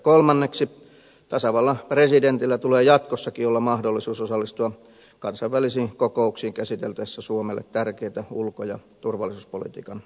kolmanneksi tasavallan presidentillä tulee jatkossakin olla mahdollisuus osallistua kansainvälisiin kokouksiin käsiteltäessä suomelle tärkeitä ulko ja turvallisuuspolitiikan asioita